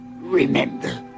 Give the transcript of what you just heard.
Remember